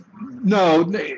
no